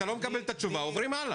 אתה לא מקבל את התשובה, עוברים הלאה.